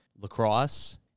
lacrosse